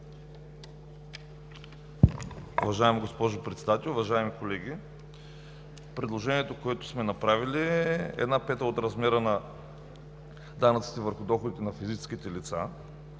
Уважаема госпожо Председател, уважаеми колеги! Предложението, което сме направили, е една пета от размера на данъците върху доходите на физическите лица